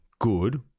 Good